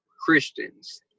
Christians